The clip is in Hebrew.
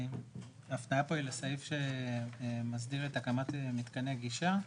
ההפניה פה היא לסעיף שמסדיר את הקמת מתקני גישה,